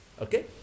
Okay